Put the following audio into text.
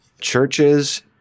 churches